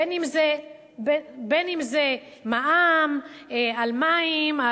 בין שזה מע"מ על מים,